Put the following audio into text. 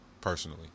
personally